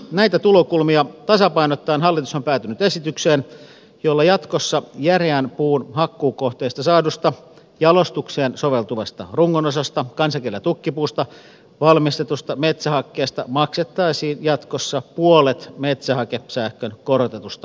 näitä tulokulmia tasapainottaen hallitus on päätynyt esitykseen jolla jatkossa järeän puun hakkuukohteista saadusta jalostukseen soveltuvasta rungon osasta kansankielellä tukkipuusta valmistetusta metsähakkeesta maksettaisiin jatkossa puolet metsähakesähkön korotetusta tukitasosta